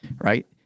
right